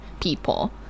people